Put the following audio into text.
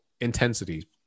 intensity